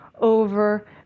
over